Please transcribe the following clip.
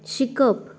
शिकप